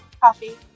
Coffee